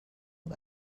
und